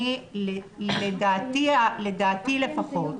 לדעתי לפחות